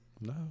No